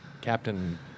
captain